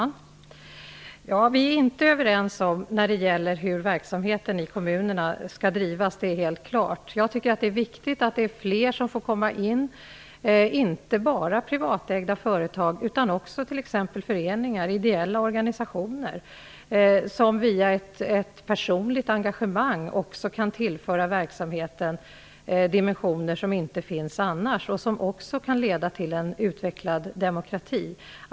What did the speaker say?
Fru talman! Vi är inte överens om hur verksamheten i kommunerna skall bedrivas. Jag tycker att det är viktigt att fler får vara med, inte bara privatägda företag utan också t.ex. föreningar och ideella organisationer. De kan med ett personligt engagemang tillföra verksamheten dimensioner som annars inte finns och som också kan leda fram till en utvecklad demokrati.